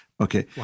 Okay